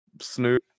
snoop